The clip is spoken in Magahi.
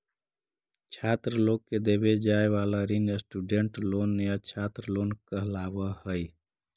छात्र लोग के देवे जाए वाला ऋण स्टूडेंट लोन या छात्र लोन कहलावऽ हई